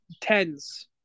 Tens